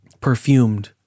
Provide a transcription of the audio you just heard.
perfumed